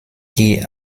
die